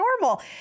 normal